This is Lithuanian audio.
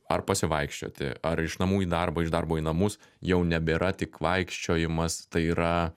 ar pasivaikščioti ar iš namų į darbą iš darbo į namus jau nebėra tik vaikščiojimas tai yra